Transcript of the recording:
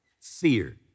fear